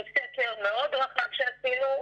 מסקר מאוד רחב שעשינו,